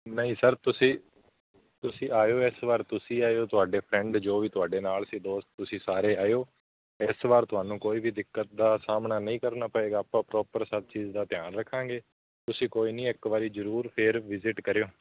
ਨਹੀਂ ਸਰ ਤੁਸੀਂ ਤੁਸੀਂ ਆਇਓ ਇਸ ਵਾਰ ਤੁਸੀਂ ਆਇਓ ਤੁਹਾਡੇ ਫਰੈਂਡ ਜੋ ਵੀ ਤੁਹਾਡੇ ਨਾਲ ਸੀ ਦੋਸਤ ਤੁਸੀਂ ਸਾਰੇ ਆਇਓ ਇਸ ਵਾਰ ਤੁਹਾਨੂੰ ਕੋਈ ਵੀ ਦਿੱਕਤ ਦਾ ਸਾਹਮਣਾ ਨਹੀਂ ਕਰਨਾ ਪਏਗਾ ਆਪਾਂ ਪ੍ਰੋਪਰ ਸਭ ਚੀਜ਼ ਦਾ ਧਿਆਨ ਰੱਖਾਂਗੇ ਤੁਸੀਂ ਕੋਈ ਨਹੀਂ ਇੱਕ ਵਾਰੀ ਜ਼ਰੂਰ ਫੇਰ ਵਿਜਿਟ ਕਰਿਓ